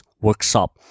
workshop